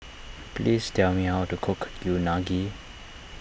please tell me how to cook Unagi